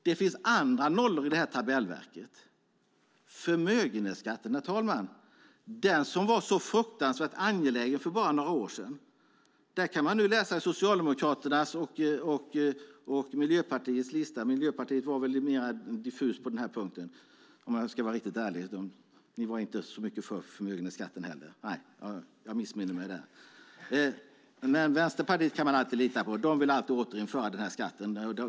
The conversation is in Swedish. Det finns andra nollor i det här tabellverket. Förmögenhetsskatten var fruktansvärt angelägen för bara några år sedan. Miljöpartiet var väl mer diffust på den punkten. Ni var inte heller så mycket för förmögenhetsskatten. Men Vänsterpartiet kan man alltid lita på. De vill alltid återinföra den här skatten.